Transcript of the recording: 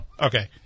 Okay